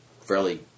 fairly